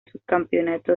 subcampeonato